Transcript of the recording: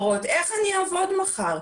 ההכשרות על כמה נשים נמצאות בהכשרות האלה,